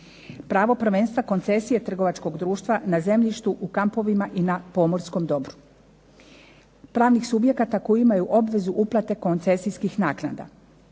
pravo prvenstva koncesije trgovačkog društva na zemljištu, u kampovima i na pomorskom dobru, pravnih subjekata koji imaju obvezu uplate koncesijskih naknada,